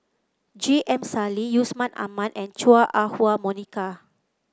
J M Sali Yusman Aman and Chua Ah Huwa Monica